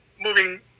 moving